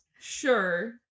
Sure